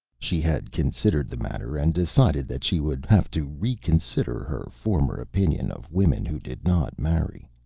she had considered the matter and decided that she would have to reconsider her former opinion of women who did not marry.